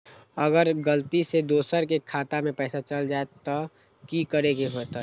अगर गलती से दोसर के खाता में पैसा चल जताय त की करे के होतय?